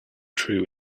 true